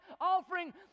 offering